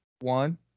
One